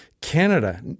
Canada